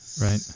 Right